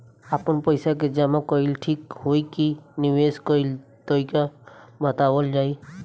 आपन पइसा के जमा कइल ठीक होई की निवेस कइल तइका बतावल जाई?